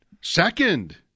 Second